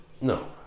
No